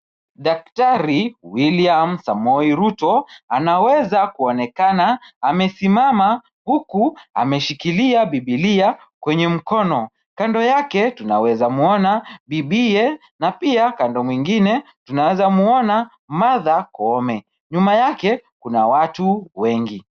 Daktari William Samoei Ruto anaweza kuonekana amesimama huku ameshikilia Bibilia kwenye mkono. Kando yake naweza mwona bibiye na pia kando mwingine tunaweza mwona Martha Koome. Nyuma yake, kuna watu wengi.